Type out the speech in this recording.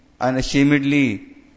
Unashamedly